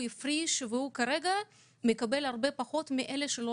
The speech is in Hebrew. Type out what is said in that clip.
הפריש וכרגע מקבל הרבה פחות מכאלה שלא